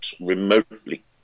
remotely